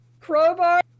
Crowbar